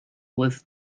with